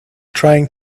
trying